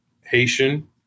Haitian